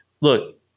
Look